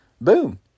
boom